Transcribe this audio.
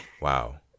Wow